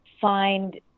find